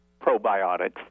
probiotics